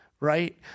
Right